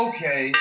Okay